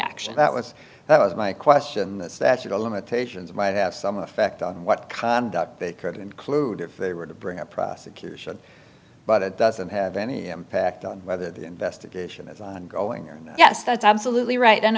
action that was that was my question is that your limitations might have some effect on what conduct that could include if they were to bring a prosecution but it doesn't have any impact on whether the investigation is ongoing or yes that's absolutely right and